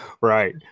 Right